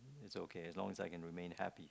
it's okay as long as I can remain happy